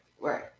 Right